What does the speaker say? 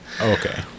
Okay